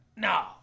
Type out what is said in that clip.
No